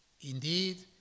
Indeed